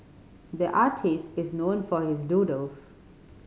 the artist is known for his doodles